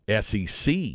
SEC